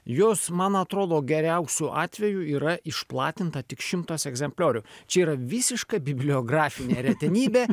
jos man atrodo geriausiu atveju yra išplatinta tik šimtas egzempliorių čia yra visiška bibliografinė retenybė